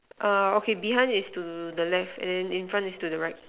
err okay behind is to the left then in front is to the right